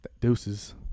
Deuces